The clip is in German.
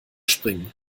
springen